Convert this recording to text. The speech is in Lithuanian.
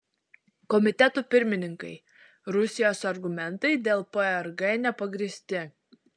komitetų pirmininkai rusijos argumentai dėl prg nepagrįsti